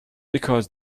because